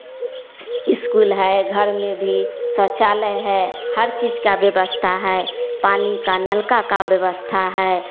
school है घर में भी शौचालय है हर चीज़ का व्यवस्था है पानी का नल का क्या व्यवस्था है